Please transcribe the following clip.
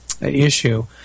issue